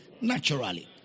naturally